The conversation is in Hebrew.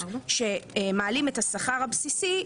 בדרך כלל זה נחתם בין האוצר להסתדרות שמעלים את השכר הבסיסי,